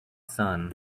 sun